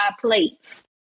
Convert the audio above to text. plates